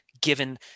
given